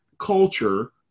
culture